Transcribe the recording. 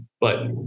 but-